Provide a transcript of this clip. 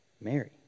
Mary